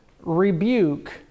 rebuke